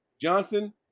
Johnson